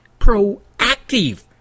proactive